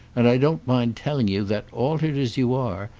and i don't mind telling you that, altered as you are,